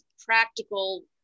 practical